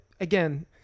again